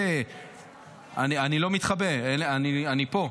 אני פה.